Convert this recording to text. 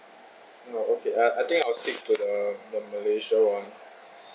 oh okay I I think I will stick to the the malaysia [one]